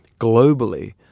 globally